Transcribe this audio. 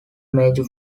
major